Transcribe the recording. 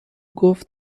گفت